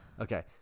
okay